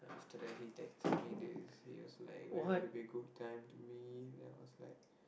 today he texted me this he was like when would it be a good time to meet and I was like